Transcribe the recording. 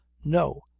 no!